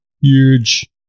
Huge